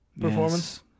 performance